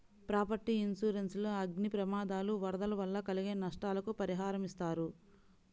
property insurance లో అగ్ని ప్రమాదాలు, వరదలు వల్ల కలిగే నష్టాలకు పరిహారమిస్తారు